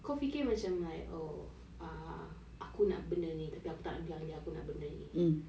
kau fikir macam like oh ah aku nak benda ni tapi aku tak nak bilang dia aku nak benda ni